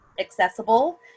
accessible